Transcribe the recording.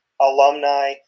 alumni